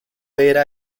era